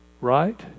Right